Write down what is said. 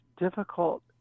difficult